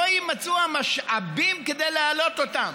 לא יימצאו המשאבים כדי להעלות אותם.